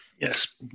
Yes